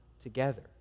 together